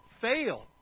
fail